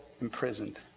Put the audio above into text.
imprisoned